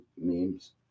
memes